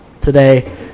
today